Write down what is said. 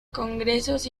congresos